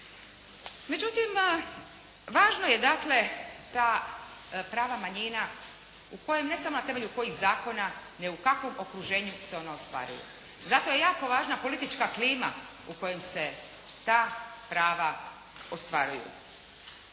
Međutim, važno je dakle, ta prava manjina u kojem, ne samo na temelju kojih zakona nego u kakvom okruženju se ona ostvaruju. Zato je jako važna politička klima u kojem se ta prava ostvaruju.